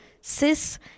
cis